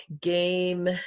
game